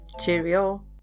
Cheerio